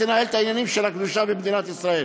ותנהל את העניינים של הקדושה במדינת ישראל.